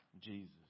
Jesus